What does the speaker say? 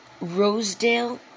Rosedale